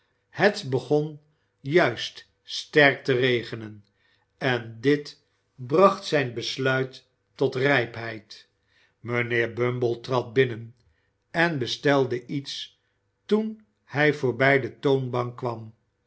het begon juist sterk te regenen en dit bracht zijn besluit tot rijpheid mijnheer bumble trad binnen en bestelde iets toen hij voorbij de toonbank kwam